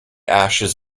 ashes